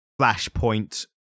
Flashpoint